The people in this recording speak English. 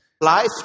Life